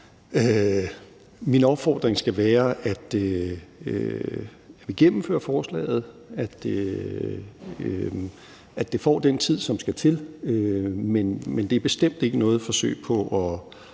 min opfordring skal være, at vi gennemfører forslaget, at det får den tid, som der skal til. Men det er bestemt ikke er noget forsøg på at